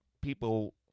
people